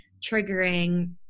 triggering